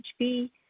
HB